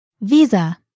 Visa